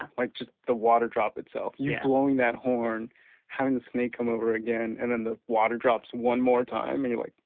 um like just the water drop itself you blowing that horn having the snake come over again, and then the water drops one more time anyway,